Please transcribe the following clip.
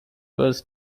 was